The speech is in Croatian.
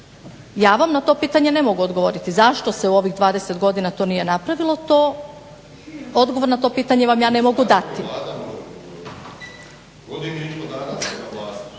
Ja vam na to pitanje ne mogu odgovoriti, zašto se u ovih 20 godina to nije napravilo, to, odgovor na to pitanje vam ja ne mogu dati.